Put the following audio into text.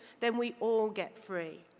then we all get free.